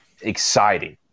exciting